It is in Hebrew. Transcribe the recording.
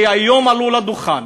חברי כנסת שהיום עלו לדוכן